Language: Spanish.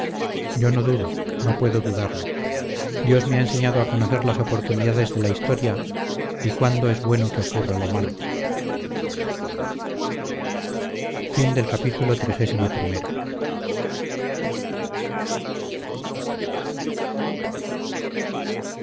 yo no dudo no puedo dudarlo dios me ha enseñado a conocer las oportunidades de la historia y cuándo es bueno que ocurra lo malo